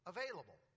Available